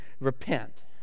repent